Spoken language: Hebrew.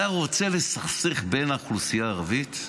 אתה רוצה לסכסך בין האוכלוסייה הערבית?